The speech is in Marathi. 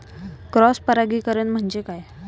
क्रॉस परागीकरण म्हणजे काय?